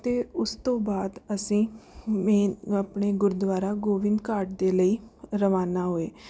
ਅਤੇ ਉਸ ਤੋਂ ਬਾਅਦ ਅਸੀਂ ਮੇਨ ਆਪਣੇ ਗੁਰਦੁਆਰਾ ਗੋਬਿੰਦ ਘਾਟ ਦੇ ਲਈ ਰਵਾਨਾ ਹੋਏ